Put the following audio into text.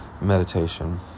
meditation